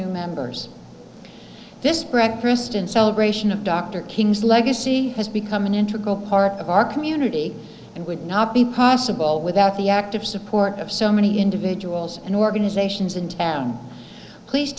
new members this breakfast in celebration of dr king's legacy has become an integral part of our community and would not be possible without the active support of so many individuals and organizations in town please